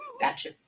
Gotcha